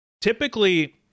Typically